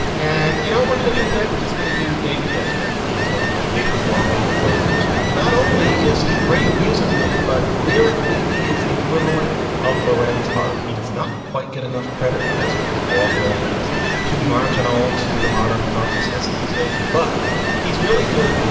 and, you know, we're going to do today, we're just going to do david yazbek. he is one of my favorite broadway composers. not only is he great musically, but lyrically, he is the equivalent of larenz heart. he does not quite get enough credit for this because broadway is too marginal to the modern consciousness these days. but he's really good.